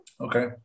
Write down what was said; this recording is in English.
Okay